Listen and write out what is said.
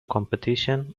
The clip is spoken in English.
competition